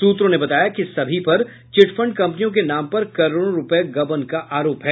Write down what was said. सूत्रों ने बताया कि सभी पर चिटफंड कंपनियों के नाम पर करोड़ों रूपये गबन का आरोप है